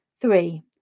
Three